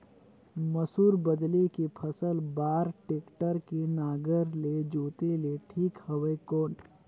मसूर बदले के फसल बार टेक्टर के नागर ले जोते ले ठीक हवय कौन?